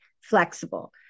flexible